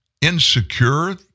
insecure